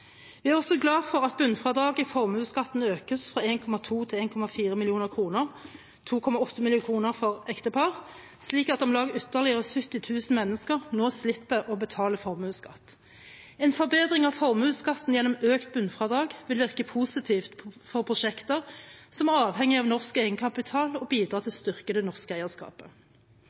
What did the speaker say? Vi er også glad for at bunnfradraget i formuesskatten økes fra 1,2 mill. kr til 1,4 mill. kr – 2,8 mill. kr for ektepar – slik at om lag ytterligere 70 000 mennesker nå slipper å betale formuesskatt. En forbedring av formuesskatten gjennom økt bunnfradrag vil virke positivt for prosjekter som er avhengig av norsk egenkapital, og bidrar til